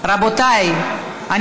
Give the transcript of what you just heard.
רבותיי,